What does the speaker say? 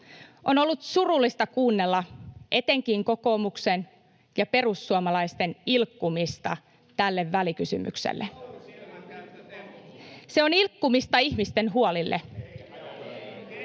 on ollut surullista kuunnella etenkin kokoomuksen ja perussuomalaisten ilkkumista tälle välikysymykselle. [Ben Zyskowicz: Se on